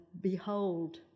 behold